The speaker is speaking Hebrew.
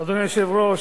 אדוני היושב-ראש,